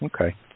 Okay